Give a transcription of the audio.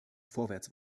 vorwärts